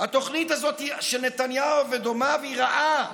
התוכנית הזאת של נתניהו ודומיו היא רעה,